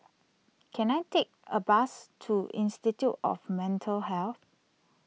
can I take a bus to Institute of Mental Health